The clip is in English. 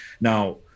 now